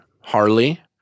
Harley